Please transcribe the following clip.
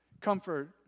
Comfort